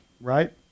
right